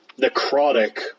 necrotic